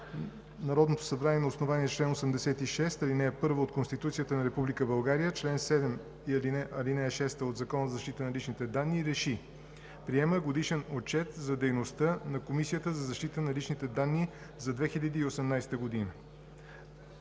Народното събрание на основание чл. 86, ал. 1 от Конституцията на Република България и чл. 7, ал. 6 от Закона за защита на личните данни РЕШИ: Приема Годишен отчет за дейността на Комисията за защита на личните данни за 2018 г.“